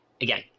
again